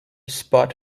spot